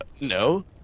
No